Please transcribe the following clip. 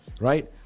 right